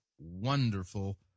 wonderful